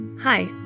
Hi